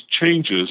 changes